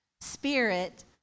spirit